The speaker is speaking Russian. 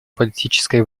политической